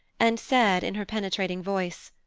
and said in her penetrating voice,